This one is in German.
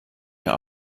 mir